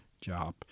job